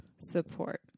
support